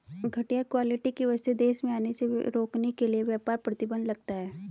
घटिया क्वालिटी की वस्तुएं देश में आने से रोकने के लिए व्यापार प्रतिबंध लगता है